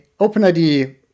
OpenID